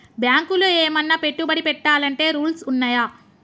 బ్యాంకులో ఏమన్నా పెట్టుబడి పెట్టాలంటే రూల్స్ ఉన్నయా?